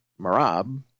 Marab